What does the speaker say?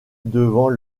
devant